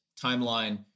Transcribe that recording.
timeline